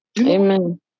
Amen